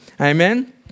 Amen